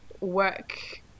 work